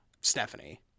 Stephanie